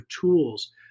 tools